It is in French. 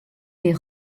des